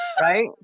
Right